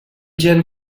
gen